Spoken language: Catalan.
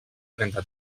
trenta